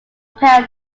pair